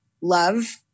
love